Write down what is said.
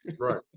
Right